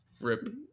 Rip